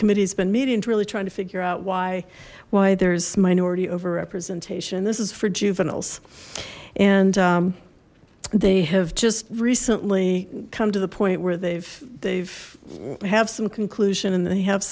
committee has been meetings really trying to figure out why why there's minority over representation this is for juveniles and they have just recently come to the point where they've they've have some conclusion and they have